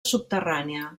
subterrània